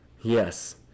Yes